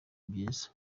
byiza